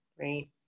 Right